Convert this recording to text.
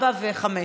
4 ו-5.